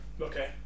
Okay